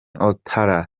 ouattara